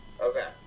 Okay